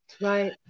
Right